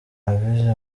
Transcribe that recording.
abize